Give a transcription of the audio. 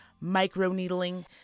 micro-needling